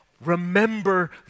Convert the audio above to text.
remember